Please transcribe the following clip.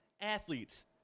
athletes